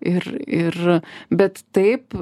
ir ir bet taip